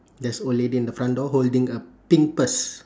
there's a old lady at the front door holding a pink purse